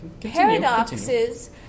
Paradoxes